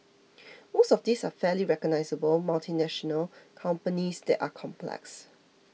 most of these are fairly recognisable multinational companies that are complex